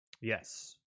yes